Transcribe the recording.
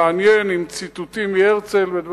עם ציטוטים מהרצל ודברים אחרים.